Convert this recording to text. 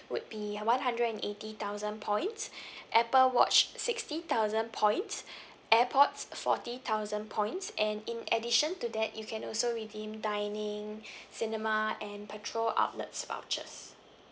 would be one hundred and eighty thousand points apple watch sixty thousand points airpods forty thousand points and in addition to that you can also redeem dining cinema and petrol outlets vouchers